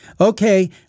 okay